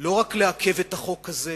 לא רק לעכב את החוק הזה,